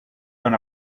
τον